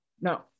no